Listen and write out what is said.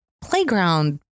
playground